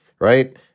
Right